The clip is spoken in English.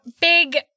big